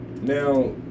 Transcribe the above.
Now